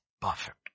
perfect